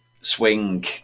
swing